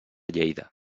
lleida